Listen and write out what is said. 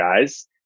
guys